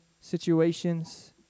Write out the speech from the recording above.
situations